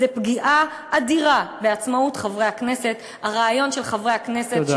זו פגיעה אדירה בעצמאות חברי הכנסת.